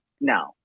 No